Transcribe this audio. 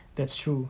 that's true